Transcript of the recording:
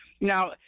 Now